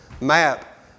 map